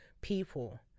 people